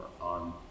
on